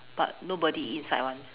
but nobody eat inside one